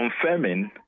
confirming